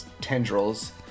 tendrils